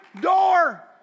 door